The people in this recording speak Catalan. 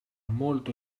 molt